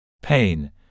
Pain